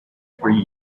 three